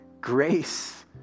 grace